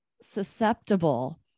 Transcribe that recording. susceptible